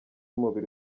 umubiri